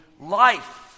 life